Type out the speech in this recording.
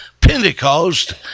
Pentecost